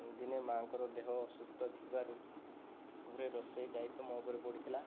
ଦିନେ ମାଙ୍କର ଦେହ ଅସୁସ୍ଥ ଥିବାରୁ ଘରେ ରୋଷେଇ ଦାୟିତ୍ୱ ମୋ ଉପରେ ପଡ଼ିଥିଲା